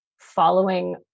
following